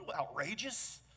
outrageous